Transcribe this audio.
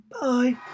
Bye